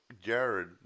Jared